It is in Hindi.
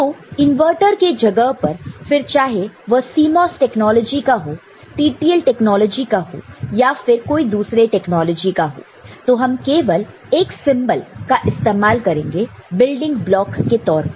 तो इनवर्टर के जगह पर फिर चाहे वह CMOS टेक्नोलॉजी का हो TTL टेक्नोलॉजी का हो या फिर कोई दूसरे टेक्नोलॉजी का हो तो हम केवल एक सिंबल का इस्तेमाल करेंगे बिल्डिंग ब्लॉक के तौर पर